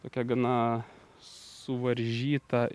tokia gana suvaržyta